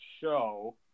show